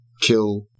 kill